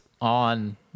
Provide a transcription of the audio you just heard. on